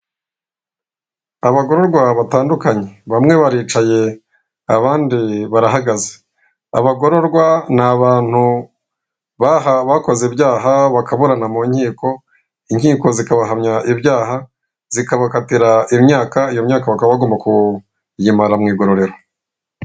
Abagororwa batandukanye bamwe baricaye abandi barahagaze abagororwa ni abantu bakoze ibyaha bakaburana mu nkiko, inkiko zikabahamya ibyaha zikabakatira imyaka, iyo myaka bakaba bagomba kuyimara mu igororero.